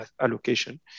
Allocation